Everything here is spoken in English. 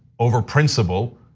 over principle.